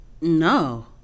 No